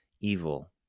evil